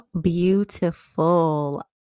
beautiful